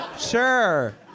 Sure